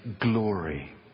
glory